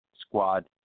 squad